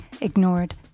ignored